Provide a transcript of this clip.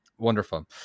wonderful